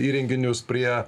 įrenginius prie